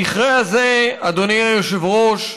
המכרה הזה, אדוני היושב-ראש,